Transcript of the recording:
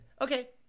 okay